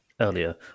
earlier